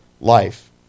life